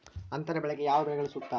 ಅಂತರ ಬೆಳೆಗೆ ಯಾವ ಬೆಳೆಗಳು ಸೂಕ್ತ?